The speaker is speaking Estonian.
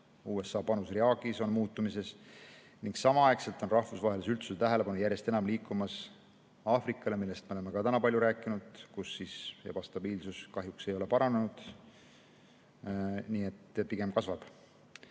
USA panus Iraagis on muutumises. Samaaegselt on rahvusvahelise üldsuse tähelepanu järjest enam liikumas Aafrikale – millest me oleme täna ka palju rääkinud –, kus ebastabiilsus kahjuks ei ole paranenud, pigem kasvab.